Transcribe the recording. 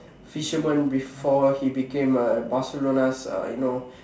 fisherman before he became a Barcelona's uh you know